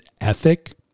ethic